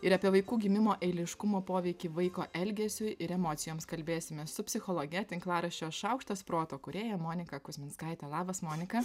ir apie vaikų gimimo eiliškumo poveikį vaiko elgesiui ir emocijoms kalbėsimes su psichologe tinklaraščio šaukštas proto kūrėja monika kuzminskaitė labas monika